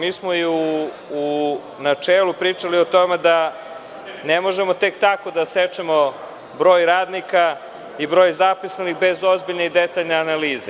Mi smo i u načelu pričali o tome da ne možemo tek tako da sečemo broj radnika i broj zaposlenih bez ozbiljne i detaljne analize.